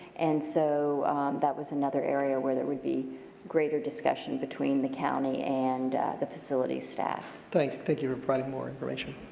and so that was another area where there would be greater discussion between the county and the facilities staff. thank thank you for providing more information.